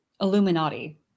Illuminati